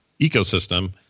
ecosystem